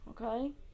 Okay